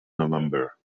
november